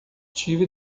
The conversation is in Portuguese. tive